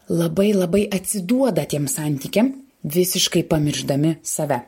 labai labai atsiduoda tiems santykiam visiškai pamiršdami save